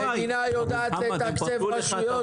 המדינה יודעת לתקצב רשויות בלי מכרז.